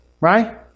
right